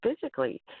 physically